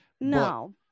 No